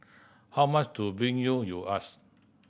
how much to bring you you ask